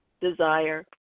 desire